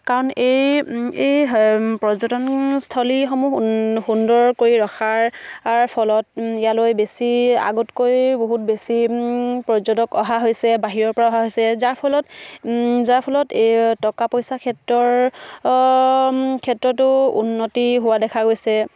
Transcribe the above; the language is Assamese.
কাৰণ এই এই পৰ্যটনস্থলীসমূহ সুন্দৰ কৰি ৰখাৰ ফলত ইয়ালৈ বেছি আগতকৈ বহুত বেছি পৰ্যটক অহা হৈছে বাহিৰৰ পৰা অহা হৈছে যাৰ ফলত এই টকা পইচাৰ ক্ষেত্ৰতো উন্নতি হোৱা দেখা গৈছে